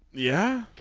yeah.